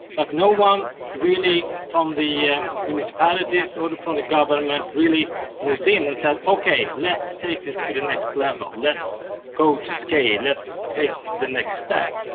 but no one really from the yeah municipalities or sort of from the government really moved in and said, okay, let's take this to the next level, let's go to scale, let's take the next step.